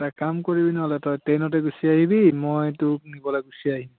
এটা কাম কৰিবি নহ'লে তই ট্ৰেইনতে গুচি আহিবি মই তোক নিবলৈ গুচি আহিম